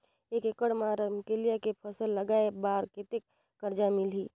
एक एकड़ मा रमकेलिया के फसल लगाय बार कतेक कर्जा मिलही?